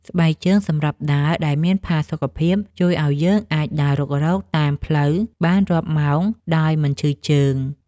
ស្បែកជើងសម្រាប់ដើរដែលមានផាសុខភាព ជួយឱ្យយើងអាចដើររុករកតាមផ្លូវបានរាប់ម៉ោងដោយមិនឈឺជើង។